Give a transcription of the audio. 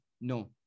no